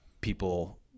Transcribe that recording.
people –